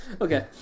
Okay